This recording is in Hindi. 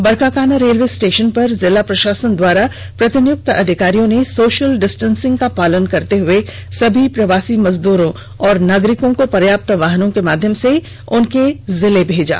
बरकाकाना रेलवे स्टेशन पर जिला प्र शासन द्वारा प्रतिनियुक्त अधिकारियों ने सोशल डिस्टेंसिंग का पालन करते हुए सभी प्रवासी मजदूरों और नागरिकों को पर्योप्त वाहनों के माध्यम से उनके जिले भेजा